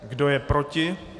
Kdo je proti?